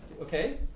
Okay